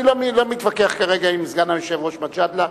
אני לא מתווכח כרגע עם סגן היושב-ראש מג'אדלה.